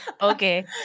Okay